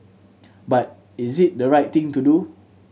but is it the right thing to do